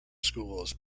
schools